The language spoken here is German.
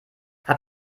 habt